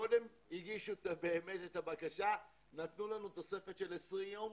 קודם הגישו את הבקשה, נתנו לנו תוספת של 20 יום.